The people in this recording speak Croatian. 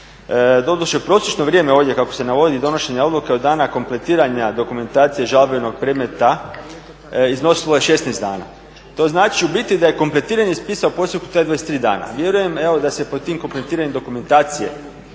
Doduše prosječno vrijeme ovdje kako se navodi i donošenje odluke od dana kompletiranja dokumentacije žalbenog predmeta iznosilo je 16 dana. To znači u biti da je kompletiranje spisa u prosjeku traje 23 dana. Vjerujem evo da se pod tim kompletiranjem dokumentacije,